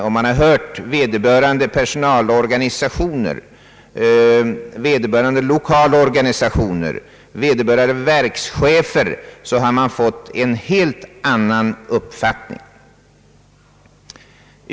Om man hade hört vederbörande personalorganisationer, vederbörande lokala organisationer och vederbörande verkschefer, hade man med säkerhet fått en helt annan uppfattning redovisad i likhet med vad som framförts från Poststyrelsen och Försvarets civilförvaltning.